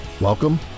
Welcome